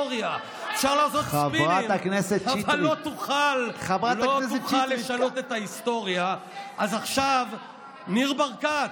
(חבר הכנסת אופיר כץ יוצא מאולם המליאה.) הרי ניר ברקת,